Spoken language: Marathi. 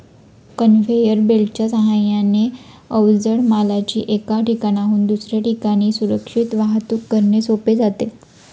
कन्व्हेयर बेल्टच्या साहाय्याने अवजड मालाची एका ठिकाणाहून दुसऱ्या ठिकाणी सुरक्षित वाहतूक करणे सोपे जाते